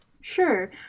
Sure